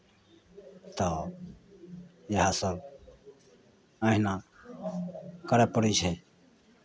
तऽ इएहसभ अहिना करय पड़ै छै